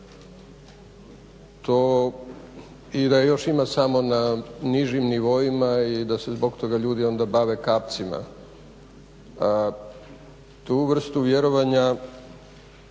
i da je još ima samo na nižim nivoima i da se zbog toga ljudi onda bave kapcima. Tu vrstu vjerovanja